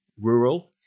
rural